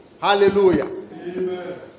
Hallelujah